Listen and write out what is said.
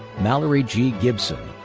mallory g. gibson.